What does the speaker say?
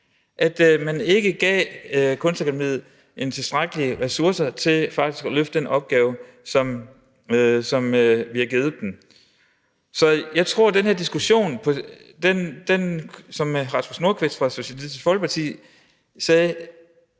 at man ikke gav Kunstakademiet tilstrækkelige ressourcer til faktisk at løfte den opgave, som vi har givet dem. Så jeg tror, at den her diskussion, som hr. Rasmus Nordqvist fra Socialistisk Folkeparti sagde,